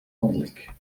فضلك